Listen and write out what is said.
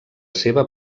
seva